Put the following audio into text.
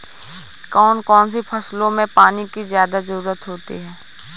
कौन कौन सी फसलों में पानी की ज्यादा ज़रुरत होती है?